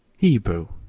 hebrew,